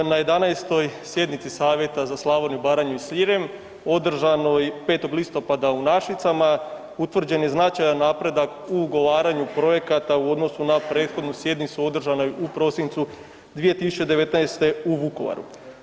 Na 11. sjednici Savjeta za Slavoniju, Baranju i Srijem održanoj 5. listopada u Našicama utvrđen je značajan napredak u ugovaranju projekata u odnosu na prethodnu sjednicu održanu u prosincu 2019. u Vukovaru.